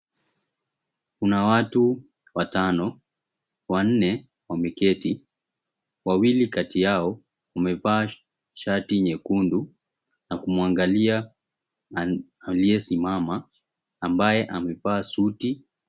Kuna watu watano, wanne wameketi, wawili kati yao wamevaa shati nyekundu na kumuangalia aliyesimama ambaye amevaa suti.